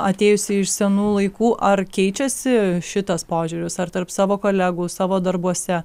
atėjusi iš senų laikų ar keičiasi šitas požiūris ar tarp savo kolegų savo darbuose